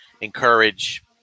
encourage